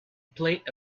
played